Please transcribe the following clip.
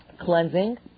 cleansing